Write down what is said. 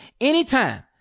anytime